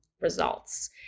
results